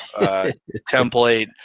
template